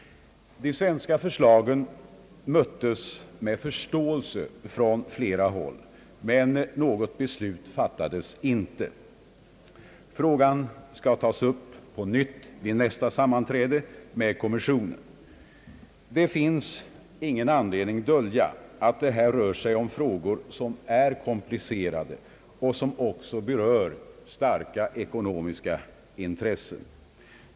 De svenska förslagen möttes med förståelse från flera håll, men något beslut fattades inte. Frågan skall på nytt tas upp vid nästa sammanträde med kommissionen. Det finns ingen anledning att dölja att det här rör sig om komplicerade frågor som också berör starka ekono miska intressen.